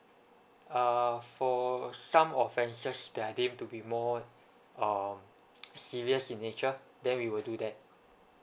uh for some offenses they are deemed to be more um serious in nature then we will do that